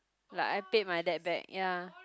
like I paid my dad back ya